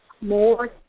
more